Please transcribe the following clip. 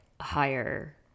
higher